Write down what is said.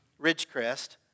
Ridgecrest